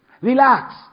Relax